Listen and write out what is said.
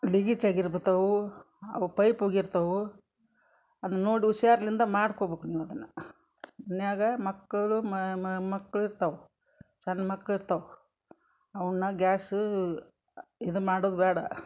leakage ಆಗಿರ್ಬತವೆ ಅವು pipe ಹೋಗಿರ್ತವೂ ಅದನ್ನು ನೋಡಿ ಹುಷಾರ್ಲಿಂದ ಮಾಡ್ಕೊಬೇಕ್ ನೀವು ಅದನ್ನು ಮನೆಯಾಗ ಮಕ್ಕಳು ಮಕ್ಳು ಇರ್ತವೆ ಸಣ್ಣ ಮಕ್ಳು ಇರ್ತವೆ ಅವನ್ನ ಗ್ಯಾಸು ಇದು ಮಾಡುದು ಬೇಡ